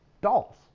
dolls